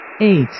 eight